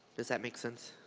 does that make sense?